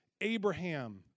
Abraham